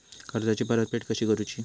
कर्जाची परतफेड कशी करूची?